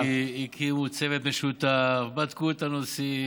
מיקי, הקימו צוות משותף, בדקו את הנושאים,